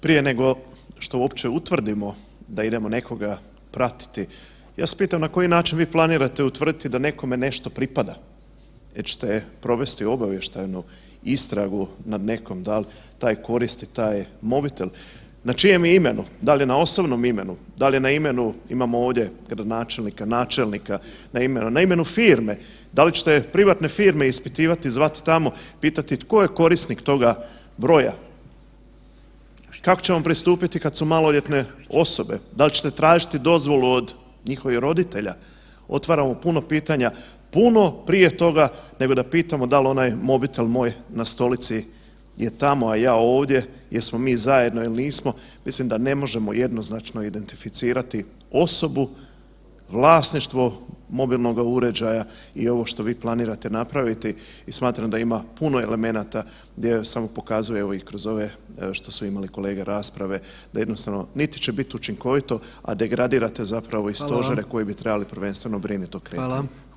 Prije nego što uopće utvrdimo da idemo nekoga pratiti, ja vas pitam na koji način vi planirate utvrditi da nekome nešto pripada, jer ćete provesti obavještajnu istragu nad nekom dal taj koristi taj mobitel, na čijem je imenu, da li je na osobnom imenu, da li je na imenu imamo ovdje gradonačelnika, načelnika, na imenu firme, da li ćete privatne firme ispitivati i zvati tamo, pitati tko je korisnik toga broja, kako ćemo pristupiti kad su maloljetne osobe, da li ćete tražiti dozvolu od njihovih roditelja, otvaramo puno pitanja puno prije toga nego da pitamo dal onaj mobitel moj na stolici je tamo, a ja ovdje, jesmo mi zajedno il nismo, mislim da ne možemo jednoznačno identificirati osobu, vlasništvo mobilnoga uređaja i ovo što vi planirate napraviti i smatram da ima puno elementa gdje samo pokazuje, evo i kroz ove evo što su imali kolege rasprave da jednostavno niti će biti učinkovito, a degradirate zapravo i stožere koji [[Upadica: Hvala vam.]] bi trebali prvenstveno brinuti o kretanju.